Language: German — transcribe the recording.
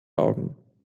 augen